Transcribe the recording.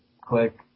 click